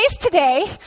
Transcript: today